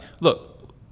look